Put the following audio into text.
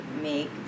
make